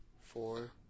Four